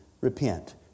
repent